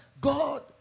god